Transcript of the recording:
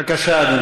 בבקשה, אדוני.